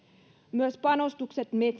myös panostukset